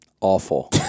Awful